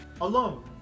alone